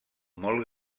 molt